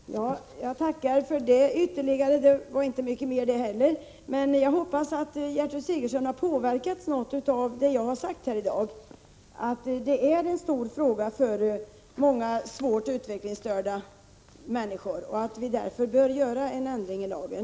Herr talman! Jag ber att få tacka för det som socialministern här ytterligare sade, men det var inte mycket mer det heller. Jag hoppas dock att Gertrud Sigurdsen har påverkats något av det som jag har sagt här i dag, nämligen att det här är en stor fråga för många svårt utvecklingsstörda människor och att vi därför bör göra en ändring i lagen.